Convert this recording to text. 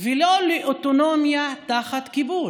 ולא לאוטונומיה תחת כיבוש,